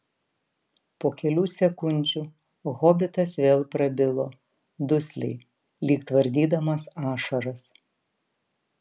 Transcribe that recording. po kelių sekundžių hobitas vėl prabilo dusliai lyg tvardydamas ašaras